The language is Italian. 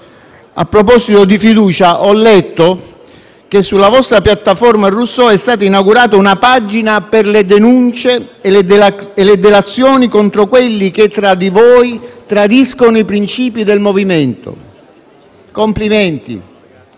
a proposito di fiducia, ho letto che sulla vostra piattaforma Rousseau è stata inaugurata una pagina per le denunce e le delazioni contro quelli che tra di voi tradiscono i princìpi del MoVimento. Complimenti.